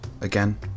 again